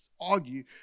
argue